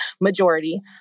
majority